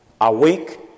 Awake